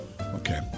Okay